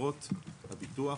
שחברות הביטוח,